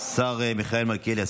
השר מיכאל מלכיאלי,